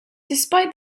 despite